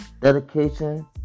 Dedication